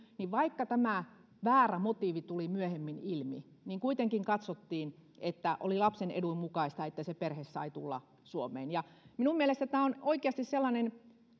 niin vaikka tämä väärä motiivi tuli myöhemmin ilmi niin kuitenkin katsottiin että oli lapsen edun mukaista että se perhe sai tulla suomeen minun mielestäni tämä on oikeasti sellainen